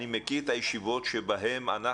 אני מכיר את הישיבות שבהם אנחנו,